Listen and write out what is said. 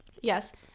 Yes